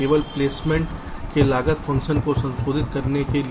केवल प्लेसमेंट के लागत फ़ंक्शन को संशोधित करने के लिए